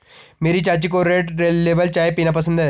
मेरी चाची को रेड लेबल चाय पीना पसंद है